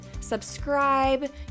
subscribe